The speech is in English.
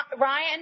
Ryan